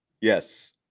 Yes